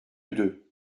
deux